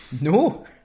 No